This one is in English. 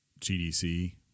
GDC